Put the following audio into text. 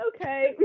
Okay